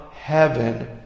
heaven